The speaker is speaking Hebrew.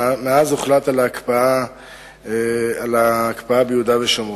מאז הוחלט על ההקפאה ביהודה ושומרון.